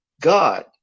God